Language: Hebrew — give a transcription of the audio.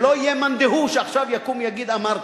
שלא יהיה מאן דהוא שעכשיו יקום ויגיד: אמרתי.